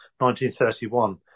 1931